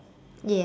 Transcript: ya